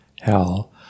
hell